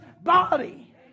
body